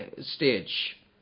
stage